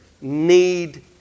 need